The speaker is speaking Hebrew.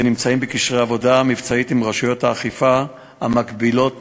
ונמצא בקשרי עבודה מבצעיים עם רשויות האכיפה המקבילות